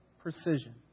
precision